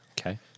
okay